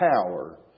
power